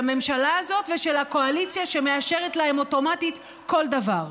של הממשלה הזאת ושל הקואליציה שמאשרת להם אוטומטית כל דבר.